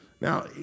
Now